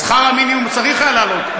את שכר המינימום צריך היה להעלות.